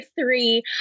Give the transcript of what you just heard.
three